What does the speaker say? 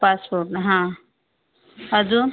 passport ना हां अजून